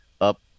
up